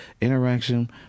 interaction